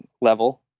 level